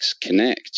Connect